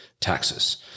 taxes